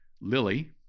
Lily